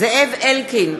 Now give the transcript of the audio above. זאב אלקין,